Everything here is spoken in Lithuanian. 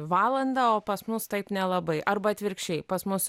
valandą o pas mus taip nelabai arba atvirkščiai pas mus